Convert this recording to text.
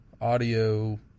audio